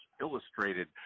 Illustrated